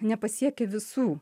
nepasiekia visų